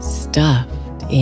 stuffed